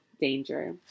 danger